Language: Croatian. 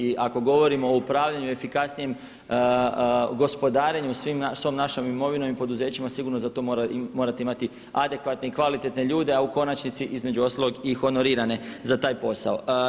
I ako govorimo o upravljanju i efikasnijem gospodarenju svom našom imovinom i poduzećima sigurno za to morate imati adekvatne i kvalitetne ljude, a u konačnici između ostalog i honorirane za taj posao.